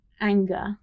anger